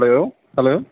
hello hello